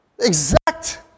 exact